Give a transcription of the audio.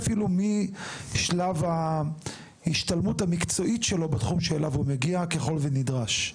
אפילו משלב ההשתלמות המקצועית שלו בתחום שאליו הוא מגיע ככל ונדרש.